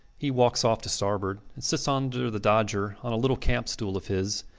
he walks off to starboard, and sits under the dodger on a little campstool of his,